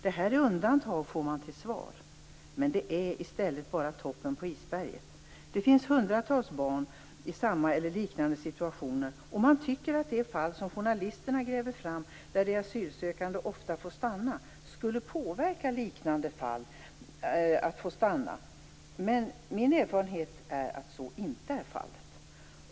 Detta är undantag, får man till svar. Men det är i stället bara toppen på isberget! Det finns hundratals barn i samma eller liknande situation. Man tycker att de fall som journalisterna gräver fram, där de asylsökande ofta får stanna, skulle påverka så att barn i liknande fall får stanna. Men min erfarenhet är att så inte är fallet.